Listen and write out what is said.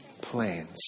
plans